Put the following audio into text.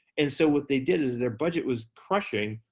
and so what they did is, as their budget was crushing,